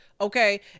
okay